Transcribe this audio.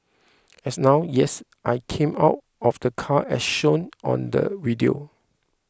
and now yes I came out of the car as shown on the video